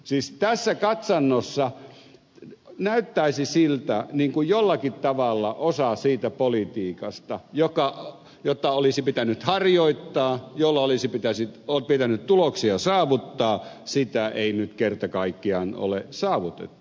siis tässä katsannossa näyttäisi siltä kuin jollakin tavalla osaa siitä politiikasta jota olisi pitänyt harjoittaa jolla olisi pitänyt tuloksia saavuttaa ei nyt kerta kaikkiaan ole saavutettu